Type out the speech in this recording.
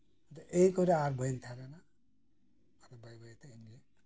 ᱟᱫᱚ ᱮᱭ ᱫᱚ ᱵᱟᱹᱧ ᱛᱟᱸᱦᱮ ᱞᱮᱱᱟ ᱟᱫᱚ ᱵᱟᱹᱭ ᱵᱟᱹᱭᱛᱮ